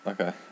Okay